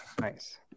Nice